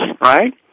right